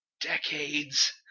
decades